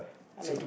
I like it